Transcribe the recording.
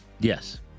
Yes